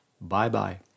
Bye-bye